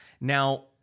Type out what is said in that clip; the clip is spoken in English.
now